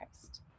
Christ